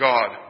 God